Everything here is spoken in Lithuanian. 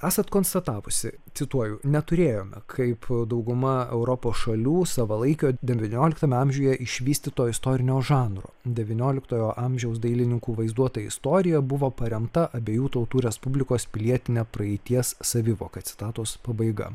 esat konstatavusi cituoju neturėjome kaip dauguma europos šalių savalaikio devynioliktame amžiuje išvystyto istorinio žanro devynioliktojo amžiaus dailininkų vaizduota istorija buvo paremta abiejų tautų respublikos pilietine praeities savivoka citatos pabaiga